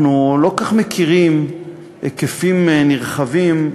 אנחנו לא כל כך מכירים היקפים נרחבים,